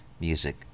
music